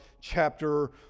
chapter